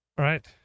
Right